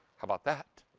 how about that?